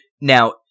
Now